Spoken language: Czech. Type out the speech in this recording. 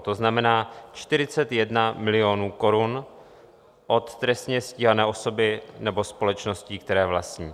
To znamená 41 milionů korun od trestně stíhané osoby nebo společností, které vlastní.